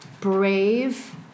brave